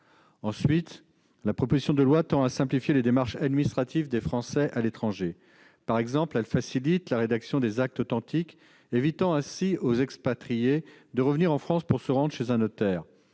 Ensuite, cette proposition de loi tend à simplifier les démarches administratives des Français à l'étranger. Elle facilite ainsi la rédaction des actes authentiques, évitant de la sorte aux expatriés d'avoir à revenir en France pour se rendre chez un notaire.